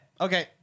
Okay